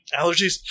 allergies